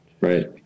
right